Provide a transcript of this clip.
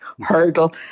hurdle